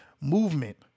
Movement